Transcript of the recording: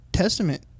testament